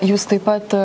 jūs taip pat